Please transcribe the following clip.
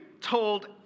told